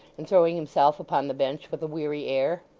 and throwing himself upon the bench with a weary air,